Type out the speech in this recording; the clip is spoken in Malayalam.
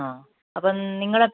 ആ അപ്പം നിങ്ങളുടെ